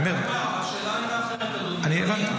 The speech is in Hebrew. השאלה הייתה אחרת, אדוני -- אני הבנתי.